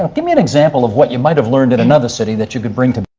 ah give me an example of what you might have learned in another city that you could bring to.